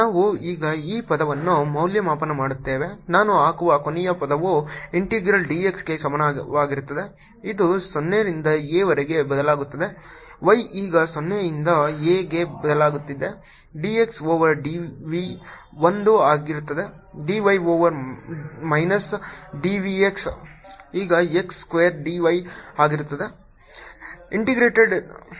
ನಾನು ಈಗ ಈ ಪದವನ್ನು ಮೌಲ್ಯಮಾಪನ ಮಾಡುತ್ತೇನೆ ನಾವು ಹಾಕುವ ಕೊನೆಯ ಪದವು ಇಂಟಿಗ್ರಲ್ dxಗೆ ಸಮಾನವಾಗಿರುತ್ತದೆ ಇದು 0 ರಿಂದ a ವರೆಗೆ ಬದಲಾಗುತ್ತದೆ y ಈಗ 0 ಯಿಂದ a ಗೆ ಬದಲಾಗುತ್ತದೆ dx ಓವರ್ dv 1 ಆಗಿರುತ್ತದೆ dy ಓವರ್ ಮೈನಸ್ dvx ಈಗ x ಸ್ಕ್ವೇರ್ d y ಆಗಿರುತ್ತದೆ